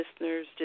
listeners